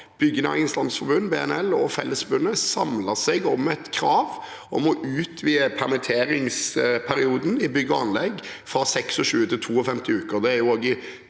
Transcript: Byggenæringens Landsforening, BNL, og Fellesforbundet samlet seg om et krav om å utvide permitteringsperioden i bygg- og anlegg fra 26 til 52 uker.